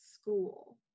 school